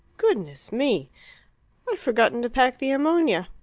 goodness me! i've forgotten to pack the ammonia.